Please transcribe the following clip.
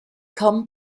come